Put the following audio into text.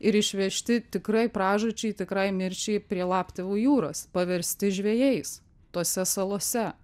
ir išvežti tikrai pražūčiai tikrai mirčiai prie laptevų jūros paversti žvejais tose salose